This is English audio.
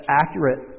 accurate